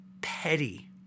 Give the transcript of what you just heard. petty